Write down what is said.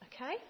Okay